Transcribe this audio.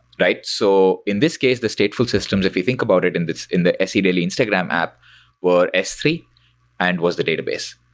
right? so in this case, the stateful systems, if you think about it and in the se daily instagram app were s three and was the database.